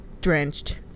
drenched